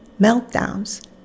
meltdowns